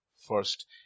first